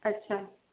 अच्छा